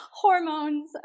hormones